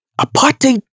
Apartheid